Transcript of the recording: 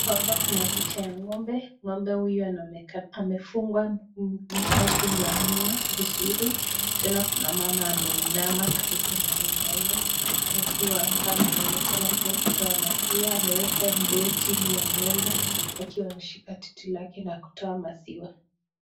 Hapa kuna picha ya ng'ombe. Ng'ombe huyu anaonekana amefungwa miguu ya nyuma vizuri tena kuna mama ameinama karibu na huyo ng'ombe akiwa ni kama anaonekana kuwa anatoa maziwa ameweka ndoo chini ya ng'ombe akiwa ameshika titi lake na kutoa maziwa .